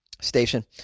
station